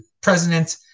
president